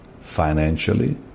financially